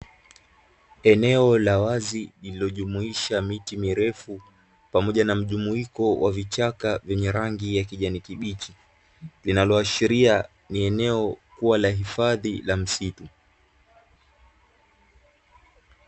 Eneo la wazi, lililojumuisha miti mirefu pamoja na mjumuiko wa vichaka vyenye rangi ya kijani kibichi, linaloashiria ni eneo kuwa la hifadhi la msitu.